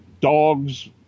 dogs